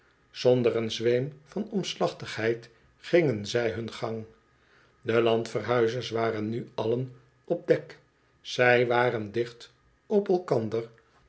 zonder een zweem van omslachtigheid gingen zij hun gang de landverhuizers waren nu allen op dek zy waren dicht op elkander